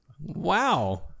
wow